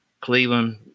Cleveland